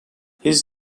his